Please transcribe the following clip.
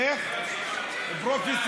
פרופ'